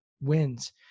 wins